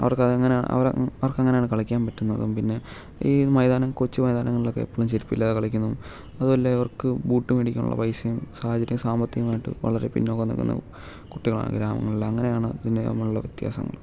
അവർക്ക് അത് അങ്ങനെ അവർ അവർക്ക് അങ്ങനെയാണ് കളിക്കാൻ പറ്റുന്നതും പിന്നെ ഈ മൈതാനം കൊച്ച് മൈതാനങ്ങളിൽ ഒക്കെ എപ്പോഴും ചെരുപ്പില്ലാതെ കളിക്കുന്നതും അതും അല്ല ഇവർക്ക് ബൂട്ട് മേടിക്കാനുള്ള പൈസയും സാഹചര്യം സാമ്പത്തികമായിട്ട് വളരെ പിന്നോക്കം നിൽക്കുന്ന കുട്ടികളാണ് ഗ്രാമങ്ങളിൽ അങ്ങനെയാണ് പിന്നെ ഇവർ തമ്മിലുള്ള വ്യത്യാസം